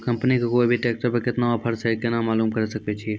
Company के कोय भी ट्रेक्टर पर केतना ऑफर छै केना मालूम करऽ सके छियै?